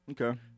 Okay